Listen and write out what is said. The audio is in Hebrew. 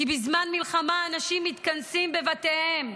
כי בזמן מלחמה אנשים מתכנסים בבתיהם.